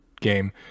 game